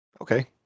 Okay